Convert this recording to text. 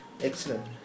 Excellent